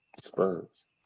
spurs